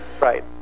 Right